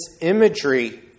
imagery